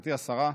גברתי השרה,